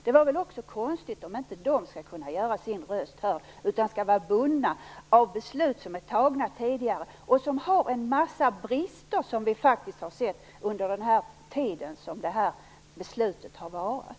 Det vore väl konstigt om inte också de skulle kunna göra sin röst hörd utan skall vara bundna av beslut som fattats tidigare och som har en mängd brister, som vi har sett under den tid som beslutet har varat.